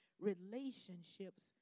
Relationships